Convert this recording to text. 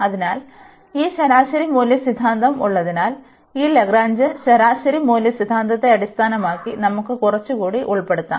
അതിനാൽ ഈ ശരാശരി മൂല്യ സിദ്ധാന്തം ഉള്ളതിനാൽ ഈ ലഗ്രാഞ്ച് ശരാശരി മൂല്യ സിദ്ധാന്തത്തെ അടിസ്ഥാനമാക്കി നമുക്ക് കുറച്ചുകൂടി ഉൾപ്പെടുത്താം